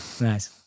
Nice